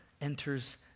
enters